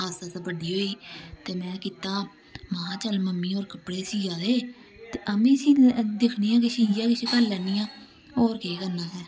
आस्ता आस्त बड्डी होई ते में कीता महां चल मम्मी होर कपड़े सिया दे ते अम्मी सी दिक्खनी आं किश इ'यै किश करी लैन्नी आं होर केह् करना असें